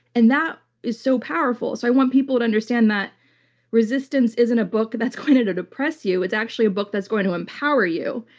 and that is so powerful. so i want people to understand that resistance isn't a book that's going to to depress you. it's actually a book that's going to empower you.